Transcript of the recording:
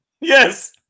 Yes